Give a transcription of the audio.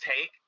take